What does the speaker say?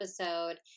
episode